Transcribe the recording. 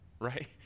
right